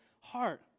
heart